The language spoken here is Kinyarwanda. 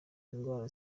indwara